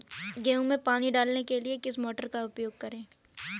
गेहूँ में पानी डालने के लिए किस मोटर का उपयोग करें?